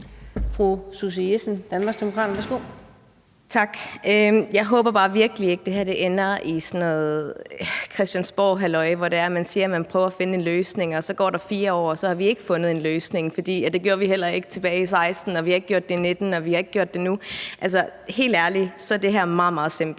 Susie Jessen (DD): Tak. Jeg håber bare virkelig ikke, at det her ender i sådan noget Christiansborghalløj, hvor man siger, at man prøver at finde en løsning, og der så går 4 år, og vi så ikke har fundet en løsning, for det gjorde vi heller ikke tilbage i 2016, og vi har ikke gjort det i 2019, og vi har ikke gjort det nu. Helt ærligt er det her meget, meget simpelt: